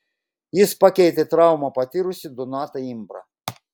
jis pakeitė traumą patyrusį donatą imbrą